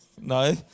No